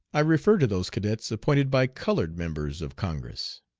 i refer to those cadets appointed by colored members of congress.